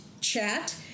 chat